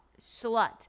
slut